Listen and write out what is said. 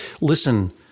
listen